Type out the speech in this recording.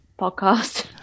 podcast